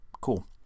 cool